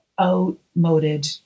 outmoded